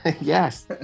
Yes